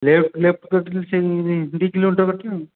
left ଲେଫ୍ଟରୁ କଟିଲେ ଦୁଇ kilometre କଟିବେ ଆଉ